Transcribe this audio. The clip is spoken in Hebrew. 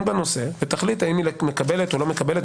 בנושא ותחליט האם היא מקבלת או לא מקבלת,